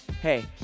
Hey